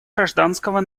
гражданского